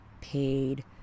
paid